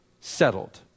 settled